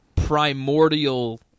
Primordial